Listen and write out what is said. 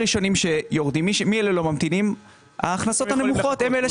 הראשונים שלא ממתינים ומורידים הם בעלי ההכנסות הנמוכות.